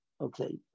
Okay